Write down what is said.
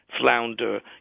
flounder